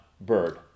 bird